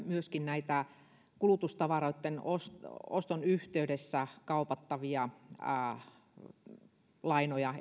myöskin kulutustavaroitten oston yhteydessä kaupattavia lainoja